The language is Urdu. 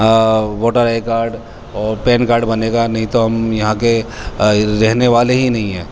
ووٹر آئی کاڈ اور پین کاڈ بنے گا نہیں تو ہم یہاں کے رہنے والے ہی نہیں ہیں